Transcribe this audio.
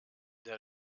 der